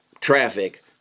traffic